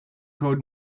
code